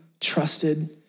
trusted